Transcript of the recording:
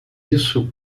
isso